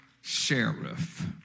sheriff